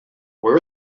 where